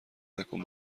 نکن